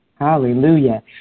Hallelujah